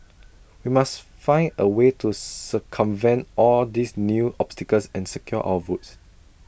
we must find A way to circumvent all these new obstacles and secure our votes